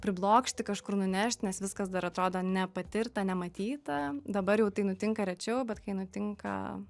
priblokšti kažkur nunešt nes viskas dar atrodo nepatirta nematyta dabar jau tai nutinka rečiau bet kai nutinka